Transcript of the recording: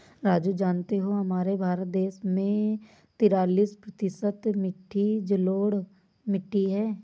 राजू जानते हो हमारे भारत देश में तिरालिस प्रतिशत मिट्टी जलोढ़ मिट्टी हैं